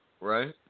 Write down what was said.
Right